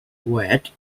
red